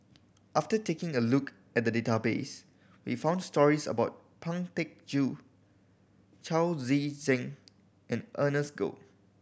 after taking a look at the database we found stories about Pang Teck Joon Chao Tzee Cheng and Ernest Goh